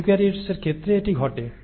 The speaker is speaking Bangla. ইউক্যারিওটিকসের ক্ষেত্রে এটি ঘটে